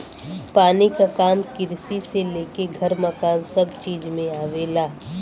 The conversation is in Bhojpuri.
पानी क काम किरसी से लेके घर मकान सभ चीज में आवेला